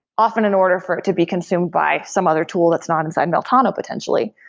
often in order for it to be consumed by some other tool that's not inside meltano potentially.